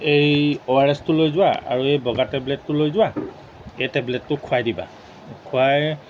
এই O R S টো লৈ যোৱা আৰু এই বগা টেবলেটটো লৈ যোৱা এই টেবলেটটো খুৱাই দিবা খুৱাই